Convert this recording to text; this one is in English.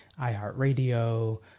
iHeartRadio